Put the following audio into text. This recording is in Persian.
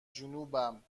جنوبم